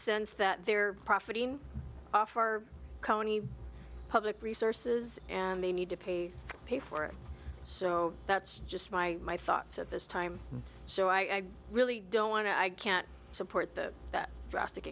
sense that they're profiting off our county public resources and they need to pay pay for it so that's just my thoughts at this time so i really don't want to i can't support th